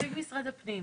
נציג משרד הפנים.